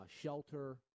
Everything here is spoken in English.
shelter